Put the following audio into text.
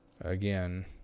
Again